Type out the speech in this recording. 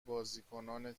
بازیکنان